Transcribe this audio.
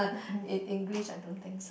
in English I don't think so